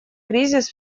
кризис